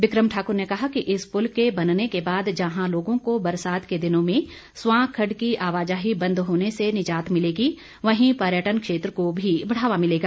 बिक्रम ठाकुर ने कहा कि इस पुल के बनने के बाद जहां लोगों को बरसात के दिनों में स्वां खड़ड की आवाजाही बंद होने से निजात मिलेगी वहीं पर्यटन क्षेत्र को भी बढ़ावा मिलेगा